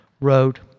wrote